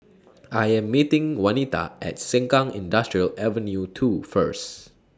I Am meeting Wanita At Sengkang Industrial Ave two First